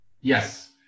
Yes